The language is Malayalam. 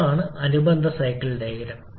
ഇതാണ് അനുബന്ധ സൈക്കിൾ ഡയഗ്രം